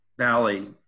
Valley